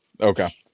Okay